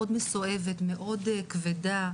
מאוד מסואבת, מאוד כבדה